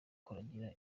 kuragira